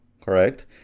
correct